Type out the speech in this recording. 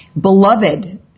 Beloved